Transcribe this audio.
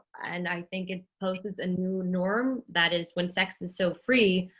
and i think it poses a new norm that is when sex is so free,